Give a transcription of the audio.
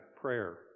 prayer